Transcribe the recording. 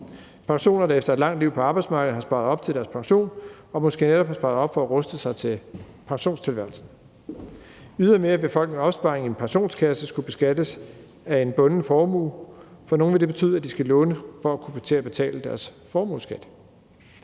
personer, der efter et langt liv på arbejdsmarkedet, har sparet op til deres pension og måske netop har sparet op for at ruste sig til pensionisttilværelsen. Ydermere vil folk med opsparing i en pensionskasse skulle beskattes af en bunden formue. For nogle vil det betyde, at de skal låne for at kunne betale deres formueskat.